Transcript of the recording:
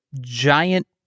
giant